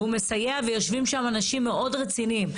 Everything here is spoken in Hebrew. והוא מסייע ויושבים שם אנשים מאוד רציניים.